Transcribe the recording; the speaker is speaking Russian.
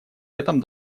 этом